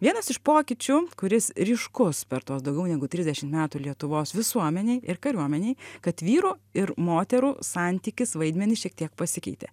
vienas iš pokyčių kuris ryškus per tuos daugiau negu trisdešimt metų lietuvos visuomenei ir kariuomenei kad vyrų ir moterų santykis vaidmenys šiek tiek pasikeitė